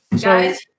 Guys